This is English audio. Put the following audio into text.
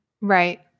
Right